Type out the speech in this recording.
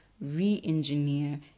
re-engineer